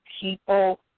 people